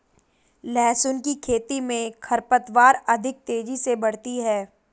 लहसुन की खेती मे खरपतवार अधिक तेजी से बढ़ती है